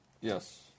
Yes